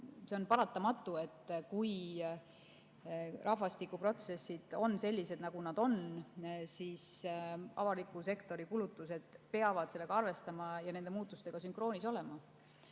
See on paratamatu, et kui rahvastikuprotsessid on sellised, nagu nad on, siis avaliku sektori kulutused peavad sellega arvestama ja nende muutustega sünkroonis olema.